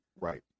Right